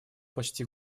почти